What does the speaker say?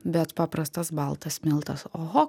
bet paprastas baltas miltas oho